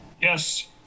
yes